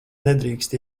nedrīkst